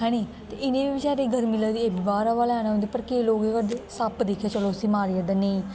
है नी इंहे बचारे गी गर्मी लगदी ऐ बी बाहर हवा लैन औंदे पर केंई लोक केह् करदे सप्प दिक्खदे चलो उसी मारी ओड़दे नेई